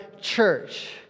church